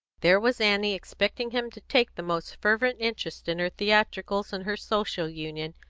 there was annie expecting him to take the most fervent interest in her theatricals, and her social union,